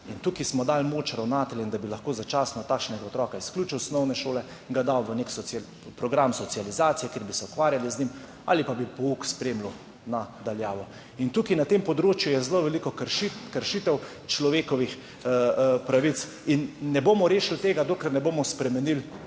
tukaj smo dali moč ravnateljem, da bi lahko začasno takšnega otroka izključil iz osnovne šole, ga dali v neki program socializacije, kjer bi se ukvarjali z njim, ali pa bi pouk spremljal na daljavo. In tukaj, na tem področju je zelo veliko kršitev človekovih pravic. Ne bomo rešili tega, dokler ne bomo spremenili